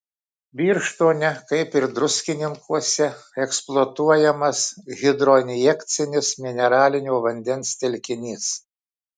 birštone kaip ir druskininkuose eksploatuojamas hidroinjekcinis mineralinio vandens telkinys